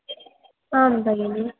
आम् भगिनि